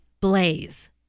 blaze